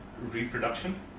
reproduction